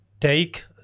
take